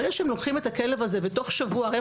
ברגע שהם לוקחים את הכלב הזה ותוך שבוע הם